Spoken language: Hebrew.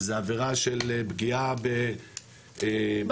שזה עבירה של פגיעה ב- -- באבוקדו,